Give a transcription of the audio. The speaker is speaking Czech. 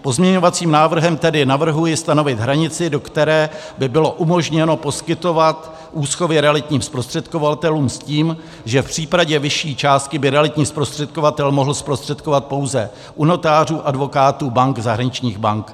Pozměňovacím návrhem tedy navrhuji stanovit hranici, do které by bylo umožněno poskytovat úschovy realitním zprostředkovatelům, s tím, že v případě vyšší částky by realitní zprostředkovatel mohl zprostředkovat pouze u notářů, advokátů, bank, zahraničních bank.